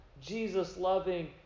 Jesus-loving